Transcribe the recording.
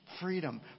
freedom